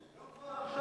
לא כבר עכשיו,